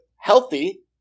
healthy